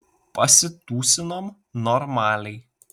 pasitūsinom normaliai